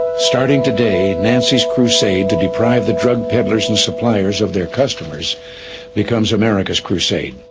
starting today, nancy's crusade to deprive the drug peddlers and suppliers of their customers becomes america's crusade.